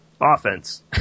offense